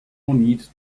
need